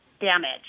damage